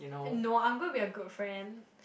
hey no I'm gonna be a girlfriend